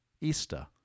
Easter